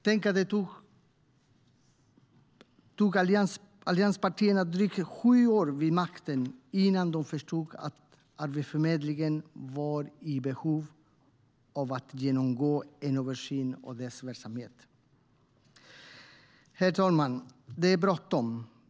Tänk att det tog allianspartierna drygt sju år vid makten att förstå att Arbetsförmedlingen var i behov av att genomgå en översyn av sin verksamhet. Det är bråttom.